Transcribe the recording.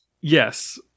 Yes